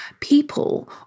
people